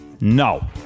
No